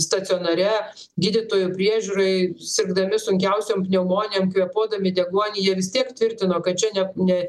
stacionare gydytojų priežiūroj sirgdami sunkiausiom pneumonijom kvėpuodami deguonį jie vis tiek tvirtino kad čia ne ne